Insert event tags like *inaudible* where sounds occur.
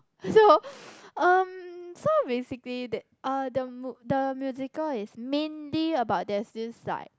so *breath* um so basically that uh the mo~ the musical is mainly about there's this like